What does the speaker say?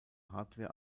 hardware